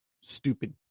stupid